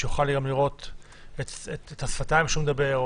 שיוכל לראות את השפתיים כשהוא מדבר,